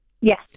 Yes